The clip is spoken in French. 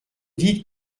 dites